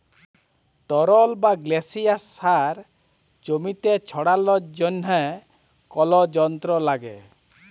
তরল বা গাসিয়াস সার জমিতে ছড়ালর জন্হে কল যন্ত্র লাগে